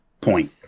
point